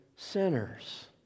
Sinners